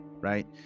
right